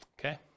okay